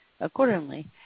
Accordingly